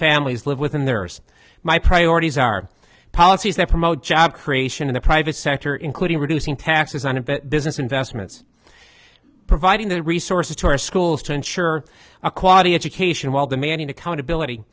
families live within their first my priorities are policies that promote job creation in the private sector including reducing taxes on the business investments providing the resources to our schools to ensure a quality education while demanding accountability